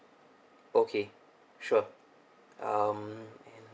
okay sure um